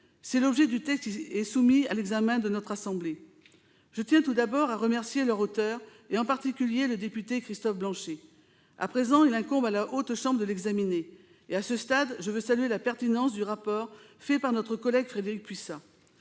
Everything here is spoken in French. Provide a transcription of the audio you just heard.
C'est l'objet du texte qui est soumis à l'examen de notre assemblée. Je tiens tout d'abord à remercier ses auteurs, en particulier le député Christophe Blanchet. À présent, il incombe à la Haute Chambre de l'examiner. Je veux saluer la pertinence du rapport de notre collègue Frédérique Puissat.